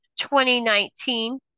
2019